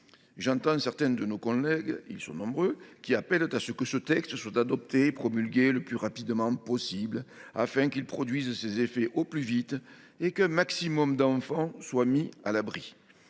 J’entends certains de nos collègues – et ils sont nombreux – insister pour que ce texte soit adopté et promulgué le plus rapidement possible, afin qu’il produise ses effets au plus vite et qu’un maximum d’enfants soient ainsi mis à l’abri.